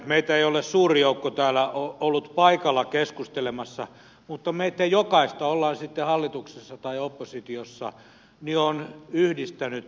meitä ei ole suuri joukko täällä ollut paikalla keskustelemassa mutta meitä jokaista ollaan sitten hallituksessa tai oppositiossa on yhdistänyt sana huoli